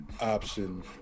option